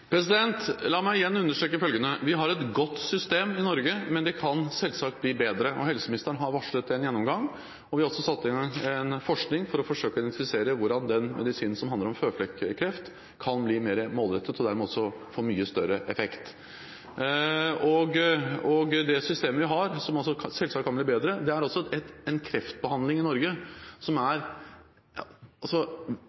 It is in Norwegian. La meg igjen understreke følgende: Vi har et godt system i Norge. Men det kan selvsagt bli bedre, og helseministeren har varslet en gjennomgang. Vi har også satt i gang forskning for å forsøke å identifisere hvordan medisinen mot føflekkreft kan bli mer målrettet, og dermed også få mye større effekt. Det systemet vi har, som altså selvsagt kan bli bedre, gir en kreftbehandling i Norge som er